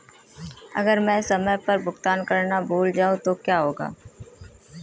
अगर मैं समय पर भुगतान करना भूल जाऊं तो क्या होगा?